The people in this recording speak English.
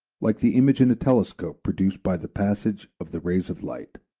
like the image in the telescope produced by the passage of the rays of light.